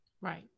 right